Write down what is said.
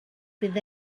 fydd